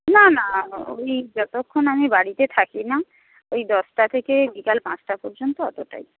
না না ওই যতক্ষণ আমি বাড়িতে থাকি না ওই দশটা থেকে বিকাল পাঁচটা পর্যন্ত অতটাই